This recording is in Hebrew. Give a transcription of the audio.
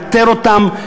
לאתר אותם,